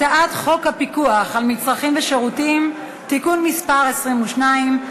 הצעת חוק הפיקוח על מצרכים ושירותים (תיקון מס' 22),